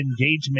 engagement